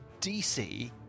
DC